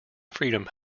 freedom